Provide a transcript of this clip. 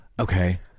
okay